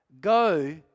go